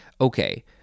Okay